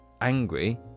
angry